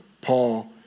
Paul